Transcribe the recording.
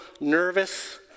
nervous